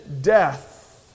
death